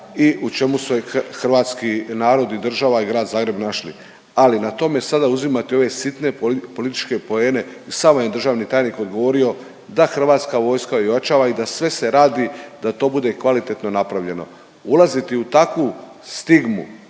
i u čemu su je hrvatski narod i država i grad Zagreb našli. Ali na tome sada uzimati ove sitne političke poene i sam vam je državni tajnik odgovorio da Hrvatska vojska ojačava i da sve se radi da to bude kvalitetno napravljeno. Ulaziti u takvu stigmu